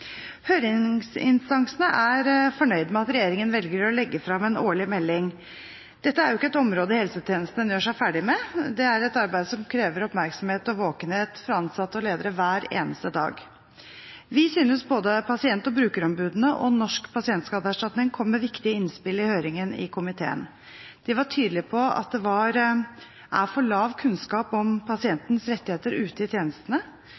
Høringsinstansene er fornøyd med at regjeringen velger å legge frem en årlig melding. Dette er ikke et område helsetjenestene gjør seg ferdig med. Dette er et arbeid som krever oppmerksomhet og årvåkenhet fra ansatte og ledere hver eneste dag. Vi synes at både pasient- og brukerombudene og Norsk Pasientskadeerstatning kom med viktige innspill i høringen i komiteen. De var tydelige på at det er for dårlig kunnskap om pasientens rettigheter ute i tjenestene.